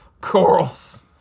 Corals